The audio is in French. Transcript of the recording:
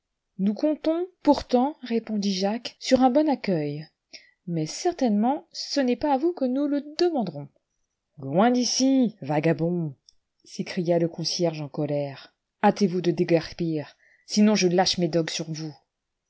nous comptons pourtant répondit jacques sur un bon accueil imais certainement ce n'estpas à vous que nous le demanderons loin dici vagabonds s'écria le concierge en co'ère hâtez-vous de déguerpir sinon je lâche mes dogues sur vous